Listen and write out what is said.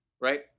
right